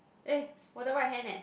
eh 我的 right hand eh